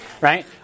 right